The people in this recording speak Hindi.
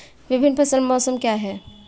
विभिन्न फसल मौसम क्या हैं?